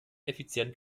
effizient